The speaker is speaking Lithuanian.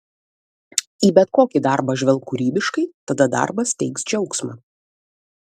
į bet kokį darbą žvelk kūrybiškai tada darbas teiks džiaugsmą